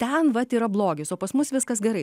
ten vat yra blogis o pas mus viskas gerai